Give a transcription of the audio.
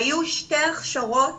היו שתי הכשרות